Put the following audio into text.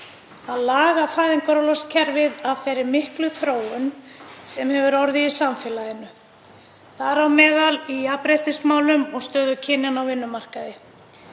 að laga fæðingarorlofskerfið að þeirri miklu þróun sem hefur orðið í samfélaginu, þar á meðal í jafnréttismálum og stöðu kynjanna á vinnumarkaði.